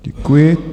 Děkuji.